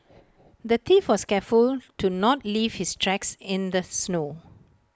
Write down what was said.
the thief was careful to not leave his tracks in the snow